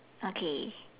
okay